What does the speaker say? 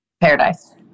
Paradise